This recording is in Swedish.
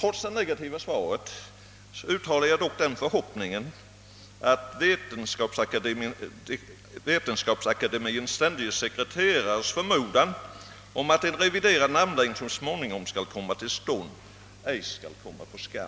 Trots det negativa svaret hoppas jag att den förmodan, som Vetenskapsakademiens ständige sekreterare uttalat om att en revision av almanackans namnlängd så småningom skall göras, inte måtte komma på skam.